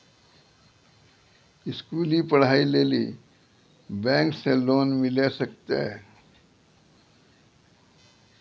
स्कूली पढ़ाई लेली बैंक से लोन मिले सकते?